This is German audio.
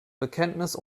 bekenntnis